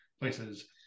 places